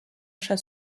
chat